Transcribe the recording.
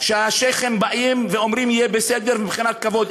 שהשיח'ים באים ואומרים יהיה בסדר, מבחינת כבוד.